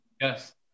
Yes